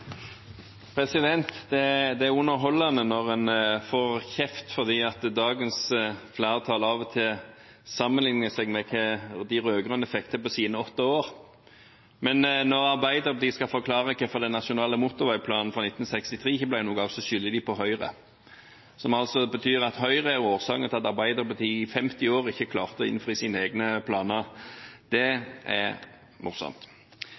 når en får kjeft fordi dagens flertall av og til sammenligner seg med hva de rød-grønne fikk til på sine åtte år. Når Arbeiderpartiet skal forklare hvorfor den nasjonale motorveiplanen fra 1963 ikke ble noe av, skylder de på Høyre – noe som altså betyr at Høyre er årsaken til at Arbeiderpartiet i 50 år ikke klarte å innfri sine egne planer. Det er